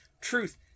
truth